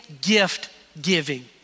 gift-giving